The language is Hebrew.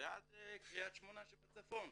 ועד קריית שמונה שבצפון.